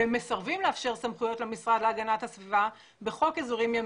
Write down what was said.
והוא מסרב לאפשר סמכויות למשרד להגנת הסביבה בחוק האזורים הימיים.